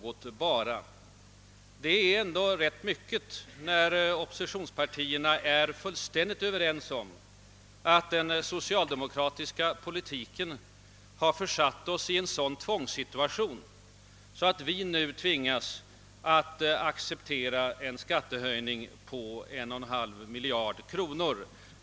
Det är inte »bara» utan tvärtom rätt mycket, när oppositionspartierna är fullständigt överens om att den socialdemokratiska politiken har försatt vårt land i en sådan tvångssitutation, att vi nu måste acceptera en skattehöjning på 1,5 miljard kronor.